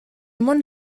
món